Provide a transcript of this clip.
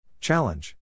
Challenge